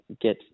get